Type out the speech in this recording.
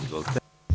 Izvolite.